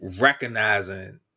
recognizing